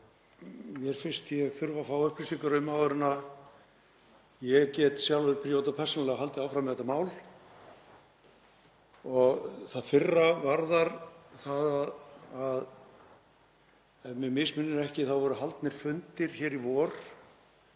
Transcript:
mér finnst ég þurfa að fá upplýsingar um áður en ég get sjálfur, prívat og persónulega, haldið áfram með þetta mál. Það fyrra varðar það að ef mig misminnir ekki þá voru haldnir fundir í vor